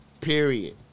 Period